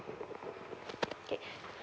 okay